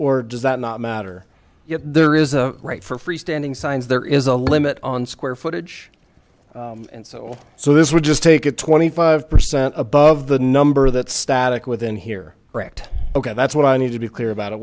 or does that not matter if there is a right for free standing signs there is a limit on square footage and so so this would just take it twenty five percent above the number that static within here brecht ok that's what i need to be clear about it